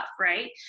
right